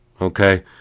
okay